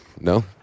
no